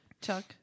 Chuck